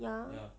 ya